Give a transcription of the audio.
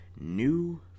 new